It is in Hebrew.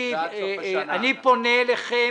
אני פונה אליכם,